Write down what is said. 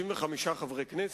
65 חברי כנסת.